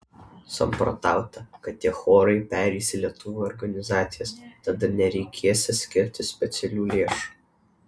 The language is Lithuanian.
samprotauta kad tie chorai pereis į lietuvių organizacijas tada nereikėsią skirti specialių lėšų